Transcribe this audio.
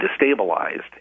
destabilized